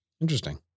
interesting